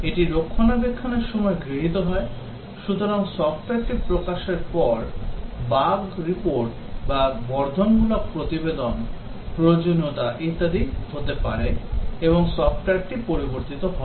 এটি রক্ষণাবেক্ষণের সময় গৃহীত হয় সুতরাং সফ্টওয়্যারটি প্রকাশের পরে বাগ রিপোর্ট বা বর্ধনমূলক প্রতিবেদন প্রয়োজনীয়তা ইত্যাদি হতে পারে এবং সফ্টওয়্যারটি পরিবর্তিত হয়